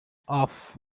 off